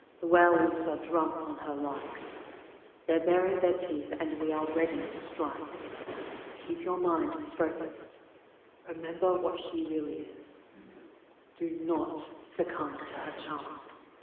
the werewolves are drunk on her light they're baring their teeth, and we are ready to strike keep your mind focused remember what she really is do not succumb to her charms